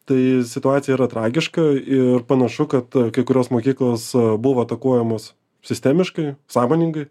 tai situacija yra tragiška ir panašu kad kai kurios mokyklos buvo atakuojamos sistemiškai sąmoningai